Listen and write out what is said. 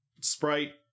Sprite